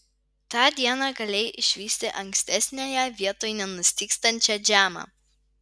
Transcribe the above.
tą dieną galėjai išvysti ankstesniąją vietoj nenustygstančią džemą